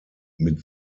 mit